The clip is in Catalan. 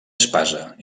espasa